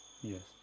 Yes